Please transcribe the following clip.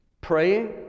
Praying